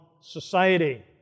society